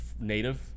native